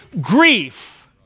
grief